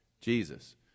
Jesus